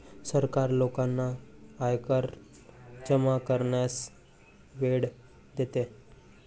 सरकार लोकांना आयकर जमा करण्यास वेळ देते